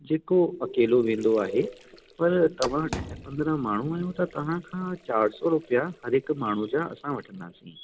जेको अकेलो वेंदो आहे पर तव्हां ॾह पंद्रहं माण्हू आहियो त तव्हांखां चारि सौ रुपया हर हिकु माण्हूअ जा असां वठंदासीं